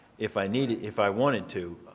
if i need it, if i wanted to,